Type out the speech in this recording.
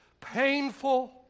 painful